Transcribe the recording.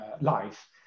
life